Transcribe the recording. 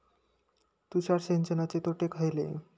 तुषार सिंचनाचे तोटे खयले?